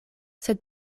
sed